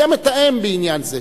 מי המתאם בעניין זה?